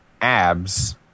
abs